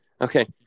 Okay